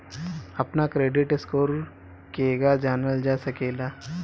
अपना credit score केगा जानल जा सकेला?